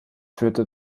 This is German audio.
führte